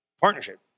Partnership